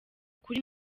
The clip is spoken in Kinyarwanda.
kuri